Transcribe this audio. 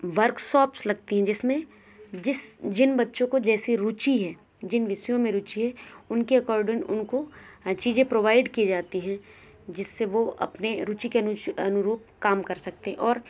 workshops लगती हैं जिसमें जिस जिन बच्चों को जैसी रुची है जिन विषयों में रूची है उनके अकॉर्डिंग उनको चीज़ें प्रोवाइड की जाती हैं जिससे वो अपने रुची के अनुरूप काम कर सकते और